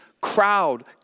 crowd